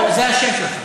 זה השם שלך.